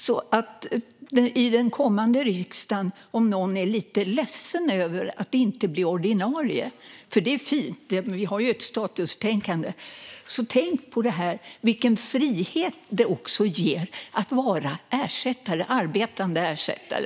Om någon i den kommande riksdagen är lite ledsen över att inte bli ordinarie - för det är fint, och vi har ju ett statustänkande - vill jag säga: Tänk på vilken frihet det ger att vara arbetande ersättare!